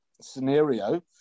scenario